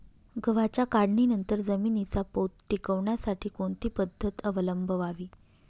गव्हाच्या काढणीनंतर जमिनीचा पोत टिकवण्यासाठी कोणती पद्धत अवलंबवावी?